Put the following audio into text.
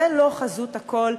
זה לא חזות הכול,